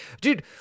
Dude